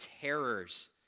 terrors